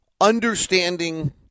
understanding